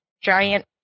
giant